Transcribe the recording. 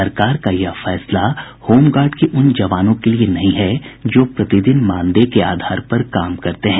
सरकार का यह फैसला होमगार्ड के उन जवानों के लिए नहीं जो प्रतिदिन मानदेय के आधार पर काम करते हैं